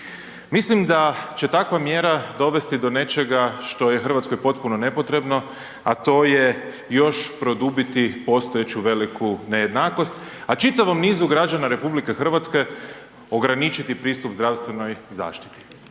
Mislim da će takva mjera dovesti do nečega što je Hrvatskoj potpuno nepotrebno, a to je još produbiti postojeću veliku nejednakost, a čitavom nizu građana RH ograničiti pristup zdravstvenoj zaštiti.